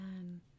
Amen